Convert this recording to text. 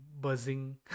buzzing